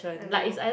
I don't know